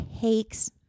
takes